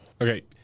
Okay